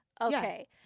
Okay